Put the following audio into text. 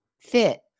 fit